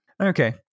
Okay